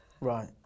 Right